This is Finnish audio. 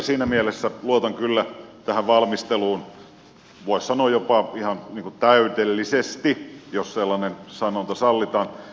siinä mielessä luotan kyllä tähän valmisteluun voisi sanoa jopa ihan täydellisesti jos sellainen sanonta sallitaan